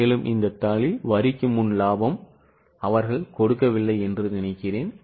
மேலும் இந்த தாளில் வரிக்குமுன் லாபம் அவர்கள் கொடுக்கவில்லை என்று நினைக்கிறேன்